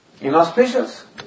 inauspicious